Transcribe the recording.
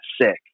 sick